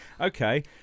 okay